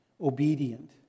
obedient